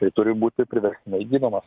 tai turi būti priverstinai gydomas